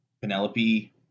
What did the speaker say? Penelope